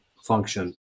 function